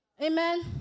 Amen